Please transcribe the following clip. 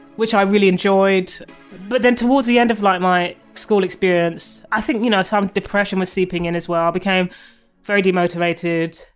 which i really enjoyed but then towards the end of like my school experience i think you know some depression was seeping in as well, i became very demotivated.